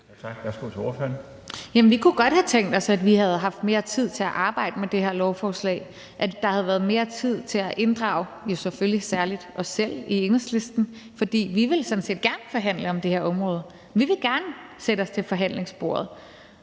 Kl. 12:12 Rosa Lund (EL): Jamen vi kunne godt have tænkt os, at vi havde haft mere tid til at arbejde med det her lovforslag, altså at der havde været mere tid til at inddrage selvfølgelig særlig os selv i Enhedslisten, for vi ville sådan set gerne forhandle om det her område. Vi vil gerne sætte os til forhandlingsbordet.